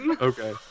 Okay